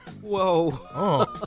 Whoa